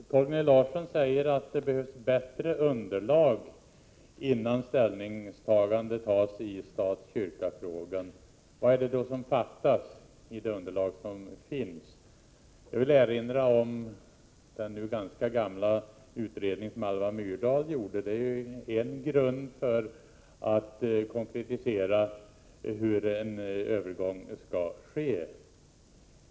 Herr talman! Torgny Larsson säger att det behövs bättre underlag innan man tar ställning i stat-kyrka-frågan. Vad är det då som fattas i det underlag som finns? Jag vill erinra om den nu ganska gamla utredning som Alva Myrdal gjorde. Det är en grund när det gäller att konkretisera hur en övergång skall ske.